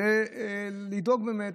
ולדאוג באמת,